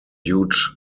huge